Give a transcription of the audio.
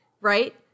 right